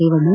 Revanna